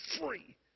free